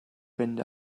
fynd